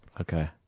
Okay